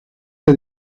que